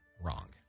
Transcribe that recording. wrong